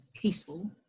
peaceful